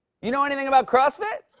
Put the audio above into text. you know anything about crossfit?